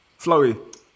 Flowy